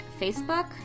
Facebook